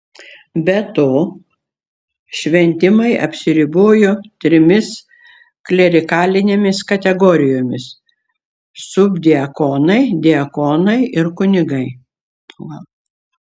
be to šventimai apsiribojo trimis klerikalinėmis kategorijomis subdiakonai diakonai ir kunigai